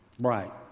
right